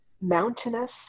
mountainous